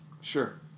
Sure